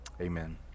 Amen